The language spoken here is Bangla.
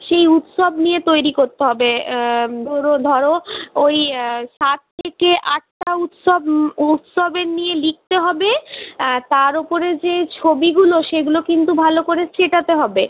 সেই উৎসব নিয়ে তৈরি করতে হবে ধোরো ধরো ওই সাত থেকে আটটা উৎসব উৎসবের নিয়ে লিখতে হবে তার ওপরে যে ছবিগুলো সেগুলো কিন্তু ভালো করে চেটাতে হবে